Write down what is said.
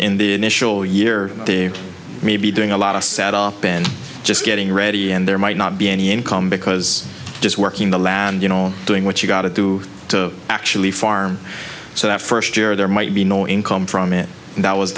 in the initial year may be doing a lot of saddle up in just getting ready and there might not be any income because just working the land you know doing what you gotta do to actually farm so that first year there might be no income from it that was